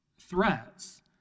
threats